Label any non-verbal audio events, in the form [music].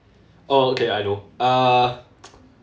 oh okay I know uh [noise]